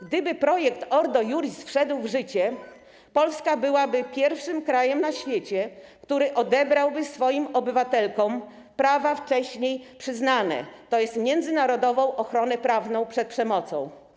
Gdyby projekt Ordo Iuris wszedł w życie, Polska byłaby pierwszym krajem na świecie, który odebrałby swoim obywatelkom prawa wcześniej przyznane, tj. międzynarodową ochronę prawną przed przemocą.